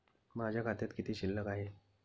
माझ्या खात्यात किती शिल्लक आहे?